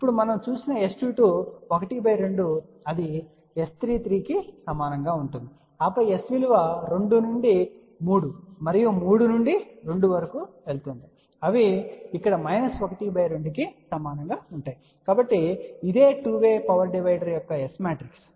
ఇప్పుడు మనం చూసిన S22 ½ అది S33 కి సమానంగా ఉంటుంది ఆపై Sవిలువ 2 నుండి 3 మరియు 3 నుండి 2 వరకు వెళుతుంది అవి ఇక్కడ ½ కు సమానంగా ఉంటాయి కాబట్టి ఇది 2 వే పవర్ డివైడర్ యొక్క S మ్యాట్రిక్స్